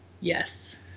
Yes